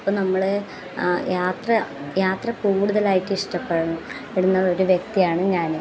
അപ്പം നമ്മൾ യാത്ര യാത്ര കൂടുതലായിട്ട് ഇഷ്ടപ്പെടണം പെടുന്നോരു വ്യക്തിയാണ് ഞാൻ